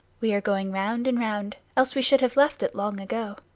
we are going round and round, else we should have left it long ago.